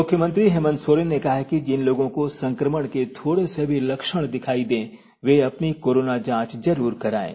मुख्यमंत्री हेमंत सोरेन ने कहा है कि जिन लोगों को संकमण के थोड़े से भी लक्ष्ण दिखायी दे वे अपनी कोरोना जांच जरूर कराये